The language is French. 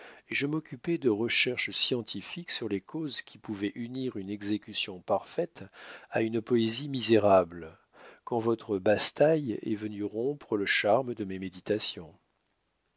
et je m'occupais de recherches scientifiques sur les causes qui pouvaient unir une exécution parfaite à une poésie misérable quand votre basse-taille est venue rompre le charme de mes méditations